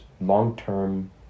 long-term